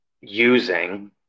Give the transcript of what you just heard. using